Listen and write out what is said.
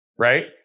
right